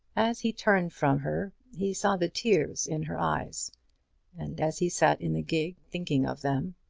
as he turned from her he saw the tears in her eyes and as he sat in the gig, thinking of them,